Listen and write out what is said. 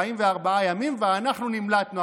44 ימים ואנחנו נמלטנו,